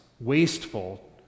wasteful